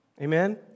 Amen